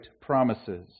promises